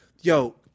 yo